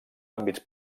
àmbits